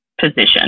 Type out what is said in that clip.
position